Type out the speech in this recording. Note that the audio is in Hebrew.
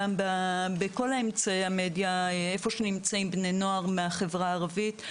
בכל אמצעי המדיה שנמצאים בני נוער מהחברה הערבית.